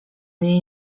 mnie